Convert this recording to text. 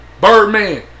Birdman